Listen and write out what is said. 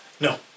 No